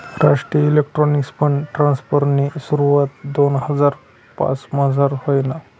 राष्ट्रीय electronics fund ट्रान्स्फरनी सुरवात दोन हजार पाचमझार व्हयनी